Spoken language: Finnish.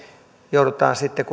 joudutaan sitten